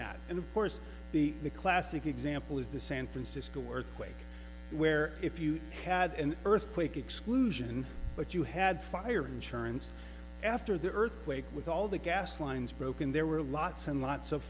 that and of course the the classic example is the san francisco earthquake where if you had an earthquake exclusion but you had fire insurance after the earthquake with all the gas lines broken there were lots and lots of